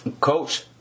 Coach